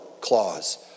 clause